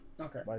Okay